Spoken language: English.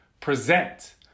present